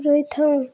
ରହିଥାଉ